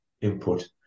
input